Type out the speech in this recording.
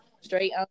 Straight